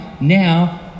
now